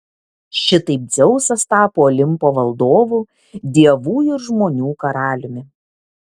šitaip dzeusas tapo olimpo valdovu dievų ir žmonių karaliumi